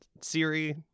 Siri